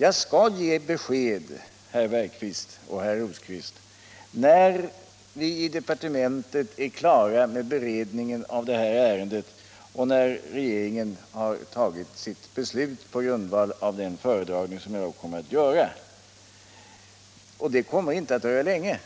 Jag skall ge ett besked, herrar Bergqvist och Rosqvist, när vi i departementet blivit klara med behandlingen av ärendet och regeringen har beslutat på grundval av den föredragning som jag då kommer att göra. Det kommer inte att dröja länge,